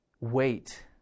Wait